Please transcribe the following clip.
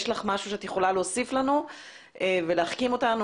לך משהו שאת יכולה להוסיף לנו ולהחכים אותנו.